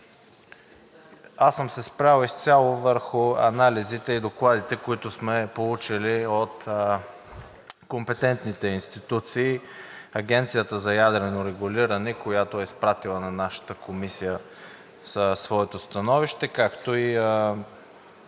Аз съм се спрял изцяло върху анализите и докладите, които сме получили от компетентните институции – Агенцията за ядрено регулиране, която е изпратила на нашата Комисия своето становище, както и